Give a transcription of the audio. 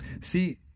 See